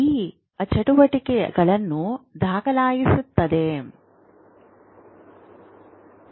ಈ ಚಟುವಟಿಕೆಗಳನ್ನು ದಾಖಲಿಸಲಾಗುತ್ತಿದೆ